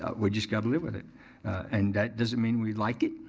ah we just gotta live with it and that doesn't mean we like it.